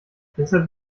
deshalb